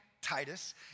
Titus